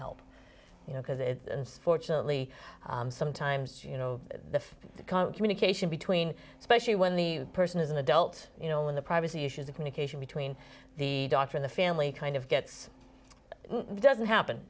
help you know because fortunately sometimes you know the communication between especially when the person is an adult you know in the privacy issues the communication between the doctor in the family kind of gets it doesn't happen